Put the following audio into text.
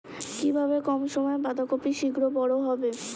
কিভাবে কম সময়ে বাঁধাকপি শিঘ্র বড় হবে?